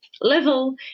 level